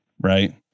right